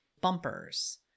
bumpers